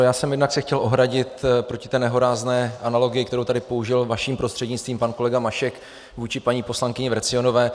Já jsem se jednak chtěl ohradit proti té nehorázné analogii, kterou tady použil vaším prostřednictvím pan kolega Mašek vůči paní poslankyni Vrecionové.